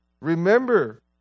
Remember